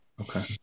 Okay